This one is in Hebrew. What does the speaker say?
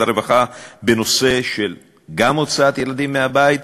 הרווחה גם בנושא הוצאה של ילדים מהבית,